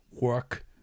work